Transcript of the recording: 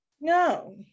No